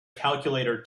calculator